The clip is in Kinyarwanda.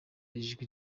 ijwi